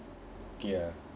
ya